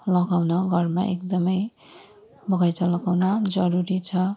लगाउन घरमा एकदमै बगैँचा लगाउन जरुरी छ